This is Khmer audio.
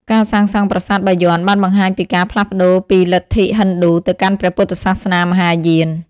ការសាងសង់ប្រាសាទបាយ័នបានបង្ហាញពីការផ្លាស់ប្តូរពីលទ្ធិហិណ្ឌូទៅកាន់ព្រះពុទ្ធសាសនាមហាយាន។